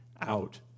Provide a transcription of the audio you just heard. out